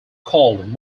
called